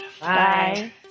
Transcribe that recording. Bye